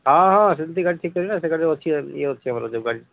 ହଁ ହଁ ସେମିତି ଗାଡ଼ି ଠିକ୍ କରିବି ନା ସେ ଗାଡ଼ି ଅଛି ଇଏ ଅଛି ଆମର ଯୋଉ ଗାଡ଼ି